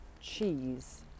cheese